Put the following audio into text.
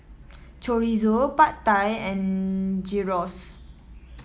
Chorizo Pad Thai and Gyros